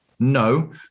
No